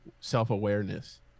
self-awareness